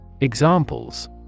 Examples